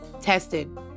tested